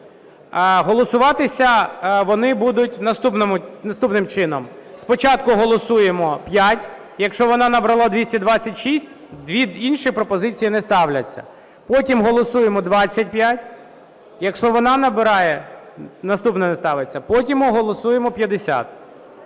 Голосуватися вони будуть наступним чином. Спочатку голосуємо 5, якщо вона набрала 226, дві інші пропозиції не ставляться. Потім голосуємо 25. Якщо вона набирає, наступна не ставиться. Потім голосуємо 50.